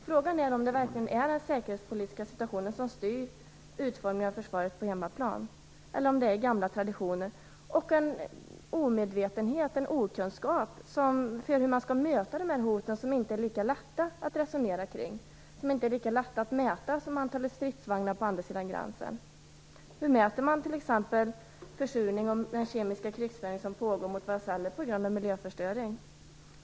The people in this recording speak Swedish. Frågan är om det verkligen är den säkerhetspolitiska situationen som styr utformningen av försvaret på hemmaplan, eller om det är gamla traditioner och en omedvetenhet och en okunskap om hur man skall möta de hot som inte är lika lätta att resonera kring och inte lika lätta att mäta som antalet stridsvagnar på andra sidan gränsen. Hur mäter man t.ex. försurning och den kemiska krigföring som pågår mot våra celler på grund av miljöförstöring?